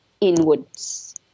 inwards